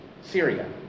Syria